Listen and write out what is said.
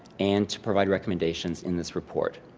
and to provide recommendations in this report.